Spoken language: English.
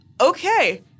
okay